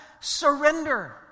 surrender